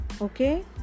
Okay